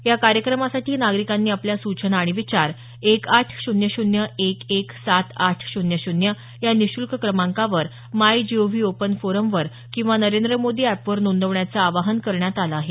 या कार्यक्रमासाठी नागरिकांनी आपल्या सूचना आणि विचार एक आठ शून्य शून्य एक एक सात आठ शून्य शून्य या निशुल्क क्रमांकावर मायजीओव्ही ओपन फोरमवर किंवा नरेंद्र मोदी एप वर नोंदवण्याचं आवाहन करण्यात आलं आहे